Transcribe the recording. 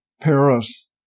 Paris